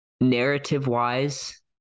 Narrative-wise